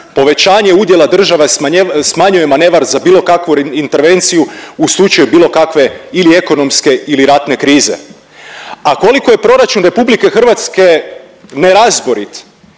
povećanje udjela država smanjuje manevar za bilo kakvu intervenciju u slučaju bilo kakve ili ekonomske ili ratne krize, a koliko je Proračun RH nerazborit